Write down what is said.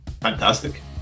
fantastic